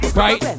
right